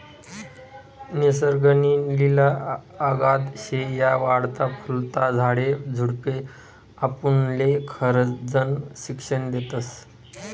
निसर्ग नी लिला अगाध शे, या वाढता फुलता झाडे झुडपे आपुनले खरजनं शिक्षन देतस